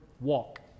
walk